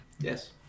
Yes